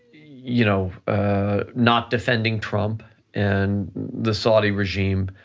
you know ah not defending trump and the saudi regime.